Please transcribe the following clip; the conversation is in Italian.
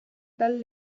dal